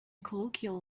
colloquial